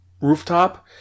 rooftop